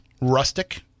rustic